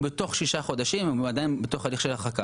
ולכן סעיף 8 (1)